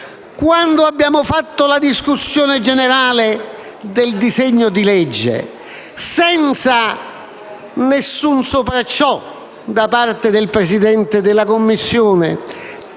Quando abbiamo fatto la discussione generale sul disegno di legge, senza alcun sopracciò da parte del Presidente della Commissione,